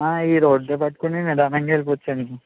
ఆ ఈ రోడ్డు పట్టుకుని నిదానంగా వెళ్ళి పోవచ్చు అండి